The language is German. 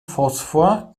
phosphor